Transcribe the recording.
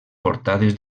portades